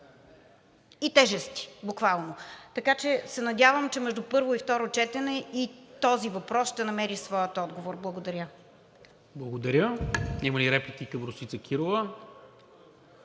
и тежести буквално. Така че се надявам, че между първо и второ четене и този въпрос ще намери своя отговор. Благодаря. ПРЕДСЕДАТЕЛ НИКОЛА МИНЧЕВ: Благодаря. Има ли реплики към Росица Кирова?